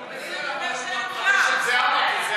אני לא מאמין.